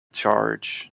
charge